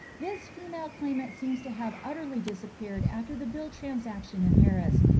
this female claimant seems to have utterly disappeared after the bill transaction in paris,